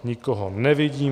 Nikoho nevidím.